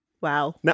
Wow